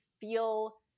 feel